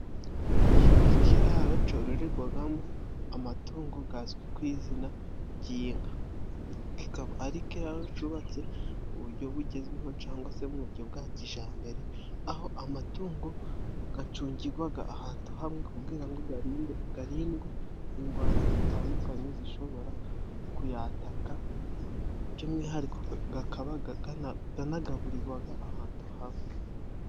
Ikiraro cororegwagamo amatungo gazwi ku izina ry'inka, kikaba ari ikiraro cubatse mu bujyo bugezweho cangwa se mu bujyo bwa kijambere, aho amatungo gacungigwaga ahantu hamwe, kugira ngo garindwe ingwara zitandukanye zishobora kuyataka, by'umwihariko gabaga ganagaburirwaga ahantu hamwe.